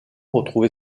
retrouvé